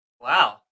Wow